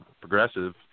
progressive